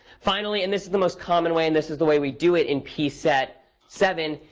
finally, and this is the most common way. and this is the way we do it in p set seven.